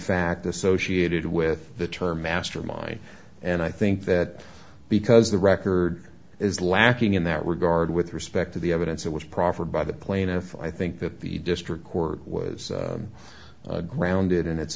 fact associated with the term mastermind and i think that because the record is lacking in that regard with respect to the evidence that was proffered by the plaintiff i think that the district court was grounded in its